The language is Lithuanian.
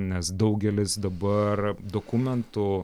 nes daugelis dabar dokumentų